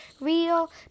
real